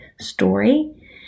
story